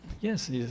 yes